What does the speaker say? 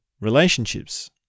relationships